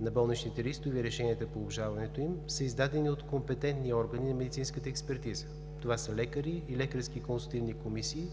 на болничните листове и решенията по обжалването им, са издадени от компетентни органи на медицинската експертиза, това са лекари и лекарски консултативни комисии,